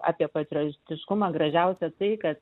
apie patriotiškumą gražiausia tai kad